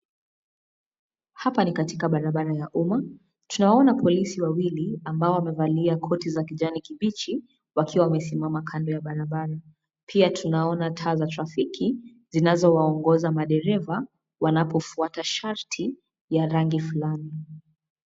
Hapa ni katika barababara ya umma, tunawaona polisi wawili ambao wamevalia koti za kijani kibichi, wakiwa wamesimama kando ya barabara. Pia tunaona taa za trafiki zinazowaongoza madereva wanapofuata sharti ya rangi flani.